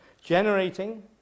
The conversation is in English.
generating